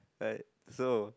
like so